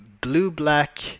blue-black